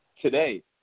Today